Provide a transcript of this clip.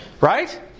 Right